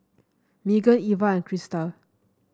Meagan Iva and Crista